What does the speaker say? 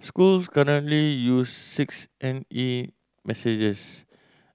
schools currently use six N E messages